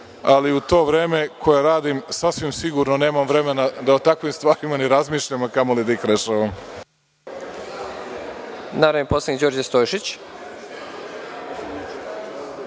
ali u to vreme koje radim sasvim sigurno nemam vremena da o takvim stvarima razmišljam, a kamoli da ih rešavam.